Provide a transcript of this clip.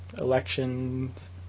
elections